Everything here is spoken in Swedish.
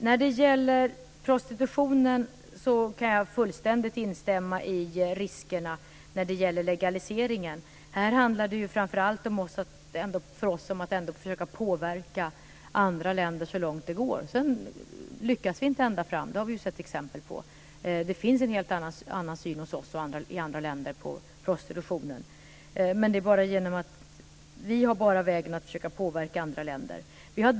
När det gäller prostitutionen kan jag fullständigt instämma i riskerna med en legalisering. Här handlar det framför allt för oss att försöka att påverkar andra länder så långt det går. Sedan lyckas vi kanske inte ända fram, det har vi ju sett exempel på. Det finns en helt annan syn hos oss än i andra länder på prostitutionen. Men vi kan bara agera genom att försöka att påverka andra länder.